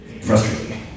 frustrating